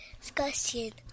discussion